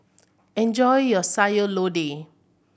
enjoy your Sayur Lodeh